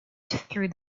through